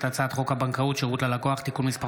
הכנסת: הצעת חוק הבנקאות (שירות ללקוח) (תיקון מס'